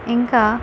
ఇంకా